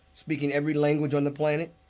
speaking every language on the planet,